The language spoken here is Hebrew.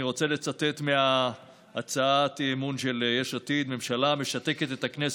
אני רוצה לצטט מהצעת האי-אמון של יש עתיד: ממשלה המשתקת את הכנסת,